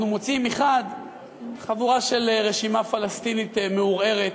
מוצאים מחד גיסא חבורה של רשימה פלסטינית מעורערת,